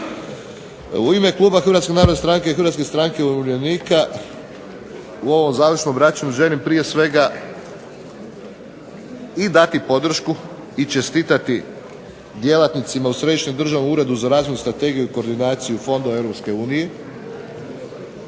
U ime kluba Hrvatske narodne stranke i Hrvatske stranke umirovljenika u ovom završnom obraćanju želim prije svega i dati podršku i čestitati djelatnicima u Središnjem državnom uredu za razvojnu strategiju i koordinaciju fondova